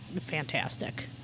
fantastic